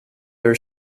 are